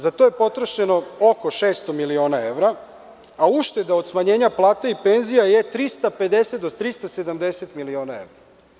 Za to je potrošeno oko 600 miliona evra, a ušteda od smanjenja plata i penzija je 350 do 370 miliona evra.